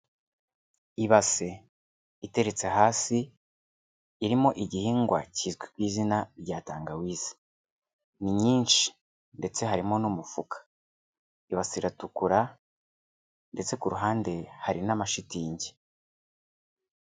Ibase iteretse hasi irimo igihingwa kizwi ku izina rya tangawizi, ni nyinshi ndetse harimo n'umufuka, ibase iratukura, ndetse ku ruhande hari n'amashitingi.